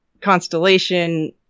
constellation